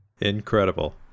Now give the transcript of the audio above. Incredible